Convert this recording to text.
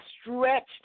stretched